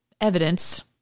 evidence